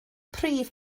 prif